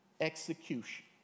execution